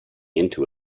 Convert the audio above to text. into